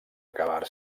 acabar